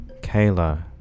Kayla